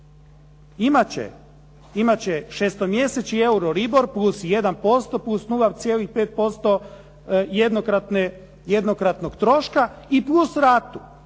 Imat će 6-sto mjesečni Euroribor plus 1%, plus 0,5% jednokratnog troška i plus ratu.